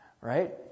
Right